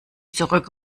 zurück